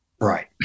Right